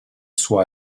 sua